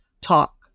talk